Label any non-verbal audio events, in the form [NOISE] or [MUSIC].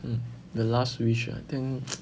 hmm the last wish I think [NOISE]